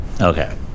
okay